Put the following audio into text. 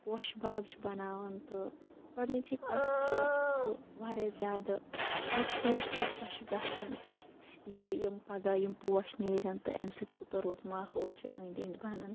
پوشہِ باغ چھِ بناوان تہٕ گۄڑنِچی کَتھ چھِ سُہ واریاہ زیادٕ یہِ سونچتھٕے خۄش گَژھان زِ ییٚلہِ یِم پَگاہ یِم پوش نٮ۪رن تہٕ اَمہِ سۭتۍ کوتاہ رُت ماحول چھُ أندۍ أندۍ بَنان